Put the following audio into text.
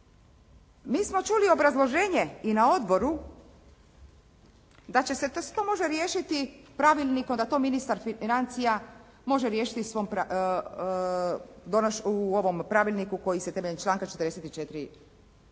Mi smo čuli obrazloženje i na odboru da se to može riješiti pravilnikom, da to ministar financija može riješiti u svom pravilniku koji se temeljem članka 44.